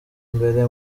mbere